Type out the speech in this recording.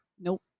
nope